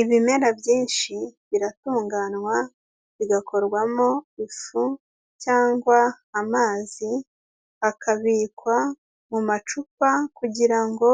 Ibimera byinshi biratunganywa bigakorwamo ifu cyangwa amazi akabikwa mu macupa kugira ngo